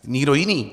Nikdo jiný.